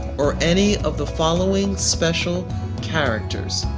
or any of the following special characters,